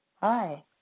Hi